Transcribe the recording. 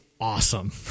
awesome